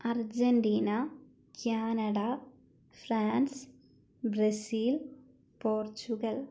Argentina Canada France Brazil Portugal